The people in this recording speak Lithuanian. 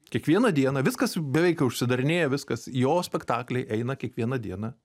kiekvieną dieną viskas beveik jau užsidarinėjo viskas jo spektakliai eina kiekvieną dieną